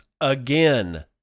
again